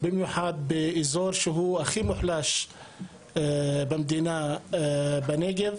במיוחד באזור שהוא הכי מוחלש במדינה בנגב,